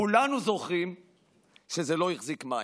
כולנו זוכרים שזה לא החזיק מים.